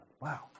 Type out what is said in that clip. Wow